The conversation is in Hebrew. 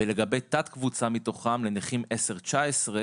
ולגבי תת קבוצה מתוכם, לגבי נכים 19%-10%,